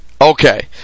Okay